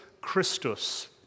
Christus